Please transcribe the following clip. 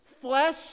flesh